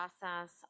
process